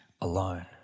alone